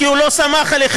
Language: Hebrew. כי הוא לא סמך עליכם,